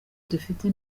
dufite